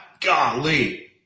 Golly